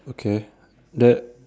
okay that